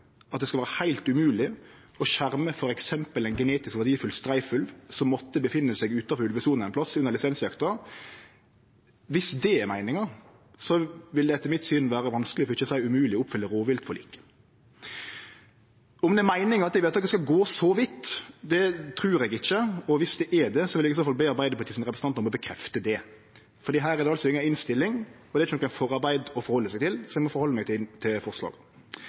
skal vere heilt umogleg å skjerme f.eks. ein verdifull genetisk streifulv som måtte opphalde seg utanfor ulvesona ein plass under lisensjakta, vil det etter mitt syn vere vanskeleg, for ikkje å seie umogleg, å oppfylle rovviltforliket. At det er meininga at det forslaget skal gå så vidt, trur eg ikkje. Men dersom det er det, vil eg i så fall be Arbeidarpartiets representant om å bekrefte det, for her er det inga innstilling, det er ikkje noko forarbeid å halde seg til, så eg må halde meg til forslaga. Til